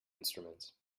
instruments